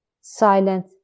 Silent